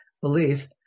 beliefs